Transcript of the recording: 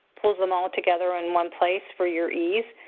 pulls them all together in one place for your ease.